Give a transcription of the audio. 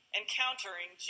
encountering